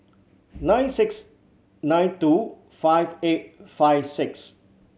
nine six nine two five eight five six